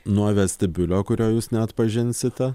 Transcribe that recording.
nuo vestibiulio kurio jūs neatpažinsite